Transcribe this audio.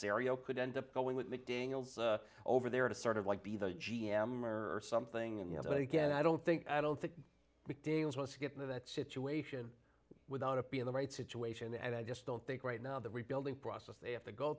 caserio could end up going with me over there to sort of like be the g m or something and you know but again i don't think i don't think big deals want to get into that situation without it being the right situation and i just don't think right now the rebuilding process they have to go